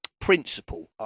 principle